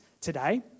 today